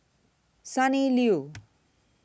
Sonny Liew